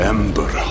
Ember